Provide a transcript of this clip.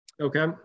okay